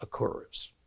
Occurs